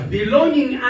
belonging